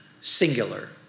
singular